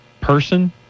person